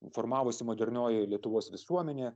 formavosi modernioji lietuvos visuomenė